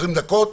20 דקות,